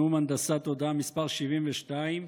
נאום הנדסת הודעה מס' 72,